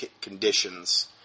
conditions